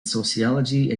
sociology